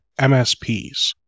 MSPs